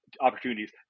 opportunities